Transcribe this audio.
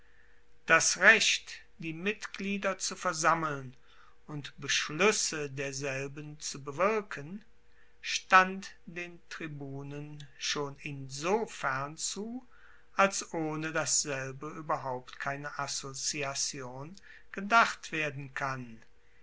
das recht die mitglieder zu versammeln und beschluesse derselben zu bewirken stand den tribunen schon insofern zu als ohne dasselbe ueberhaupt keine assoziation gedacht werden kann